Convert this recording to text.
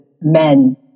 men